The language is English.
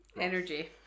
Energy